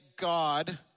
God